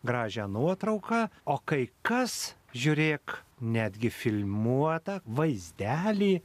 gražią nuotrauką o kai kas žiūrėk netgi filmuotą vaizdelį